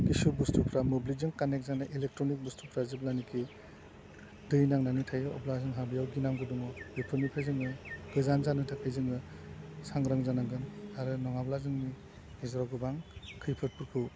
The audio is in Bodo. खिसु बुस्थुफ्रा मोब्लिबजों कानेक्ट जानाय इलेक्ट्रनिक बुस्थुफ्रा जेब्लानाखि दै नांनानै थायो अब्ला जोंहा बेयाव गिनांगौ दङ बेफोरनिफ्राय जोङो गोजान जानो थाखाय जोङो सांग्रां जानांगोन आरो नङाब्ला जोंनि गेजेराव गोबां खैफोदफोरखौ